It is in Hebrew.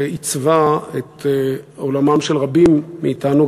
שעיצבה את עולמם של רבים מאתנו,